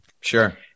Sure